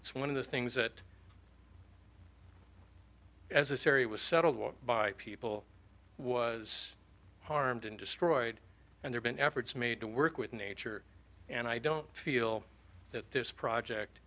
it's one of the things that as a story was settled what by people was harmed and destroyed and there been efforts made to work with nature and i don't feel that this project